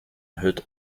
hut